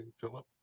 Philip